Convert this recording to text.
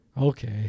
okay